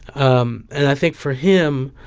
um and i think, for him,